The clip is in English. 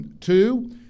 Two